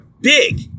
big